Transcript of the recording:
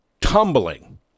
tumbling